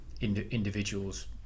individuals